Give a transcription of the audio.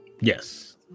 Yes